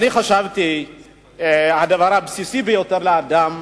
חשבתי שהדבר הבסיסי ביותר לאדם,